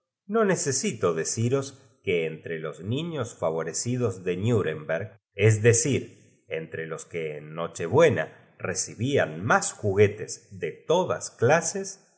no necesito deciros que entre jos niños favorecidos de nuremberg es decir entre los que en nochebuena recibían más juguetes de todas clases